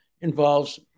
involves